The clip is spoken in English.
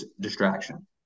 distraction